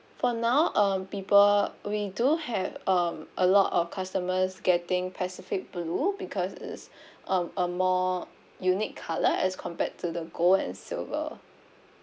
for now um people we do have um a lot of customers getting pacific blue because it's uh a more unique colour as compared to the gold and silver